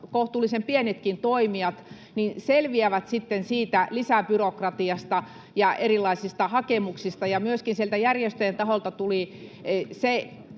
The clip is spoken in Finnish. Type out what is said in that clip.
kohtuullisen pienetkin toimijat — selviävät sitten siitä lisäbyrokratiasta ja erilaisista hakemuksista. Ja myöskin sieltä järjestöjen taholta tuli se